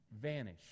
vanish